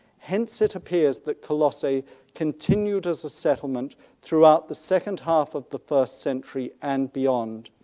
hence it appears that colossae continued as a settlement throughout the second half of the first century and beyond.